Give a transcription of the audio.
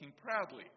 proudly